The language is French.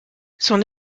son